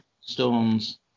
stones